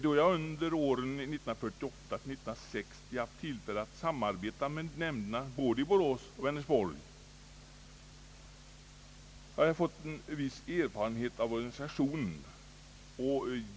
Då jag under åren 1948—1960 haft tillfälle att samarbeta med nämnderna i både Borås och Vänersborg, har jag fått en viss erfarenhet av organisationen.